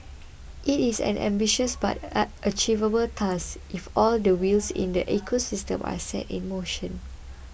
it is an ambitious but achievable task if all the wheels in the ecosystem are set in motion